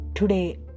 Today